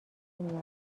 میاره